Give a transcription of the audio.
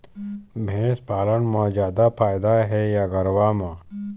भैंस पालन म जादा फायदा हे या गरवा म?